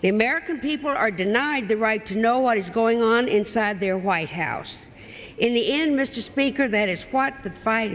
the american people are denied the right to know what is going on inside their white house in the end mr speaker that is what the fight